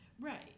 right